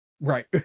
Right